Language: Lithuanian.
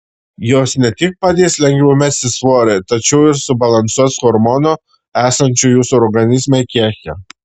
jos ne tik padės lengviau mesti svorį tačiau ir subalansuos hormonų esančių jūsų organizme kiekį